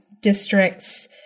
districts